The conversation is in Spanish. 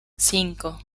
cinco